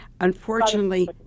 unfortunately